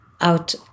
out